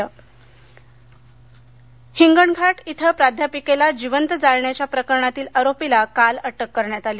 जळीत हिंगणघाट इथं प्राध्यापिकेला जिवंत जाळण्याच्या प्रकरणातील आरोपीला काल अटक करण्यात आली